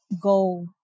go